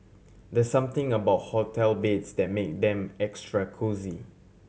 there something about hotel beds that make them extra cosy